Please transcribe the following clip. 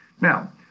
Now